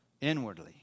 inwardly